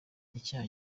icyaha